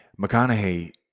McConaughey